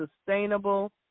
Sustainable